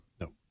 No